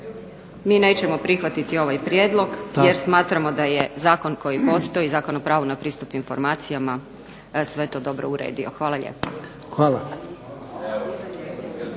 Mi nećemo prihvatiti ovaj prijedlog, jer smatramo da je zakon koji postoji, Zakon o pravu na pristup informacijama sve to dobro uredio. Hvala lijepo.